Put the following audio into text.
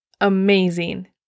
amazing